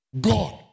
God